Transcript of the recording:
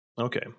Okay